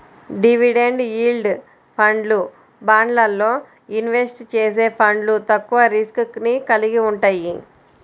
dividend yield ఫండ్లు, బాండ్లల్లో invest చేసే ఫండ్లు తక్కువ రిస్క్ ని కలిగి వుంటయ్యి